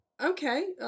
Okay